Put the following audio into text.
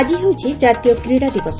ଆଜି ହେଉଛି ଜାତୀୟ କ୍ରୀଡ଼ା ଦିବସ